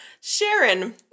Sharon